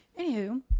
Anywho